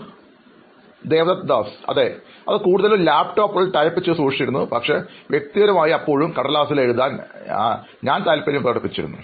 അഭിമുഖം സ്വീകരിക്കുന്നയാൾ അതെ അവർ കൂടുതലും ലാപ്ടോപ്പുകളിൽ ടൈപ്പ് ചെയ്തു സൂക്ഷിച്ചിരുന്നു പക്ഷേ വ്യക്തിപരമായി അപ്പോഴും കടലാസിൽ എഴുതാൻ ഞാൻ താല്പര്യം പ്രകടിപ്പിച്ചിരുന്നു